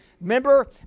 Remember